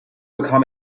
bekam